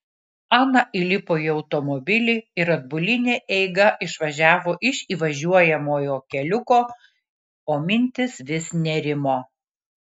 ana įlipo į automobilį ir atbuline eiga išvažiavo iš įvažiuojamojo keliuko o mintys vis nerimo